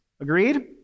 agreed